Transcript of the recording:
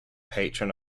patron